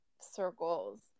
circles